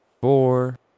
four